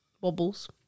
Wobbles